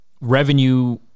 Revenue